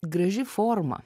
graži forma